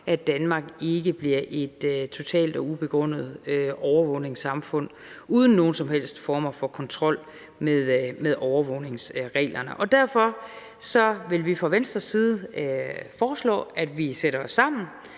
at Danmark ikke bliver et totalt og ubegrundet overvågningssamfund uden nogen som helst form for kontrol med overvågningsreglerne. Derfor vil vi fra Venstres side foreslå, at vi sætter os sammen